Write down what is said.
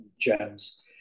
gems